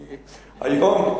היום,